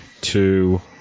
two